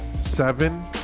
seven